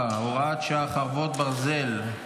4 והוראת שעה, חרבות ברזל)